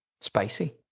Spicy